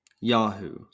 Yahoo